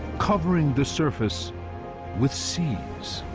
covering the surface with seas